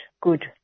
good